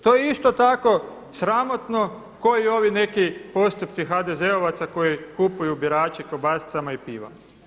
To je isto tako sramotno kao i ovi neki postupci HDZ-ovaca koji kupuju birače kobasicama i pivama.